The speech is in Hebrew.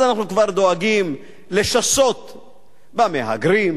אז אנחנו כבר דואגים לשסות במהגרים,